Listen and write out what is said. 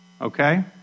Okay